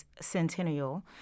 centennial